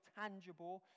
tangible